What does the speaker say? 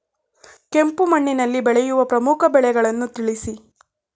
ಕೆಂಪು ಮಣ್ಣಿನಲ್ಲಿ ಬೆಳೆಯುವ ಪ್ರಮುಖ ಬೆಳೆಗಳನ್ನು ತಿಳಿಸಿ?